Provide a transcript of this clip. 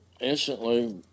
instantly